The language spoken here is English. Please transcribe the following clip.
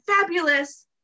fabulous